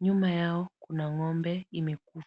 Nyuma yao kuna ng'ombe imekufa.